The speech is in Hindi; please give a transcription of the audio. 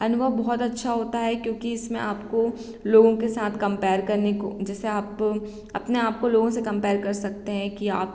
अनुभव बहुत अच्छा होता है क्योंकि इसमें आपको लोगों के साथ कम्पैर करने को जैसे आप अपने आप को लोगों से कम्पैर कर सकते हैं कि आप